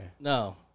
No